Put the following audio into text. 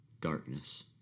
darkness